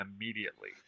immediately